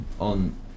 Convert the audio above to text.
on